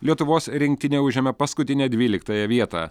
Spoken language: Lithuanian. lietuvos rinktinė užėmė paskutinę dvyliktąją vietą